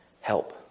help